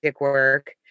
work